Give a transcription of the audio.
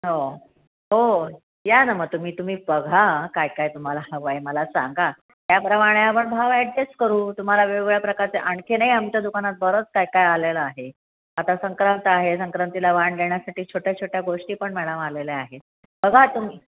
हो हो या न मग तुम्ही तुम्ही बघा काय काय तुम्हाला हवं आहे मला सांगा त्याप्रमाणे आपण भाव ॲडजस्ट करू तुम्हाला वेगवेगळ्या प्रकारचे आणखीनही आमच्या दुकानात बरंच काय काय आलेलं आहे आता संक्रांत आहे संक्रांतीला वाण देण्यासाठी छोट्या छोट्या गोष्टी पण मॅडम आलेल्या आहेत बघा तुम्ही